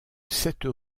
cette